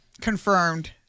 confirmed